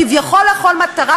כביכול "לכל מטרה",